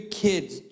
kids